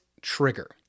trigger